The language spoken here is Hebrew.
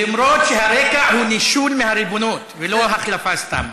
אף-על-פי שהרקע הוא נישול מהריבונות ולא החלפה סתם.